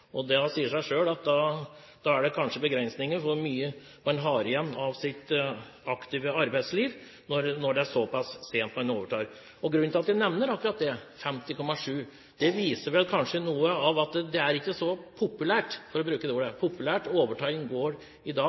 sier det seg selv at det kanskje er begrenset hvor mye en har igjen av sitt aktive arbeidsliv når en overtar såpass sent. Grunnen til at jeg nevner akkurat det, 50,7 år, er at det viser vel kanskje at det ikke er så populært – for å bruke det ordet – å overta en gård i dag